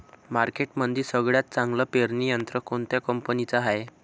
मार्केटमंदी सगळ्यात चांगलं पेरणी यंत्र कोनत्या कंपनीचं हाये?